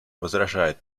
возражает